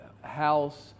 house